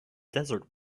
desert